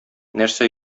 нәрсә